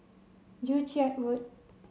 Joo Chiat Road